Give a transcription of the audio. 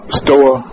store